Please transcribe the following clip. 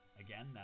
Again